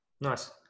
nice